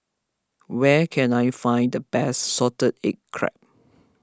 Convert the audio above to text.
where can I find the best Salted Egg Crab